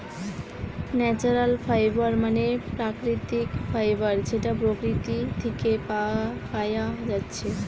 natural fibre মানে প্রাকৃতিক fibre যেটা প্রকৃতি থিকে পায়া যাচ্ছে